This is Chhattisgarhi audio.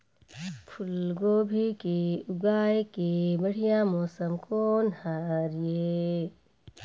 फूलगोभी उगाए के बढ़िया मौसम कोन हर ये?